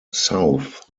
south